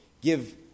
give